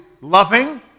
loving